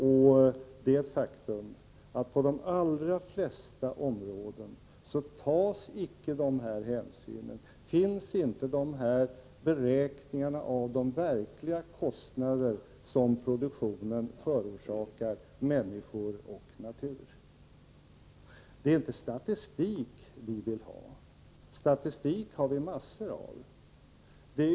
Det är ett faktum att på de allra flesta områden tas inte dessa hänsyn och finns inte några beräkningar av de verkliga kostnader som produktionen förorsakar människor och natur. Det är inte statistik vi vill ha. Statistik har vi massor av.